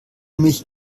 mich